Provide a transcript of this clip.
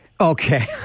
Okay